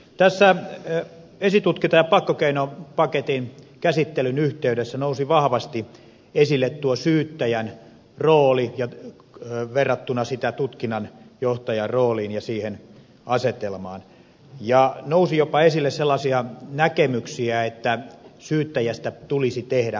tässä esitutkinta ja pakkokeinopaketin käsittelyn yhteydessä nousi vahvasti esille tuo syyttäjän rooli verrattuna tutkinnanjohtajan rooliin ja siihen asetelmaan ja nousi jopa esille sellaisia näkemyksiä että syyttäjästä tulisi tehdä tutkinnanjohtaja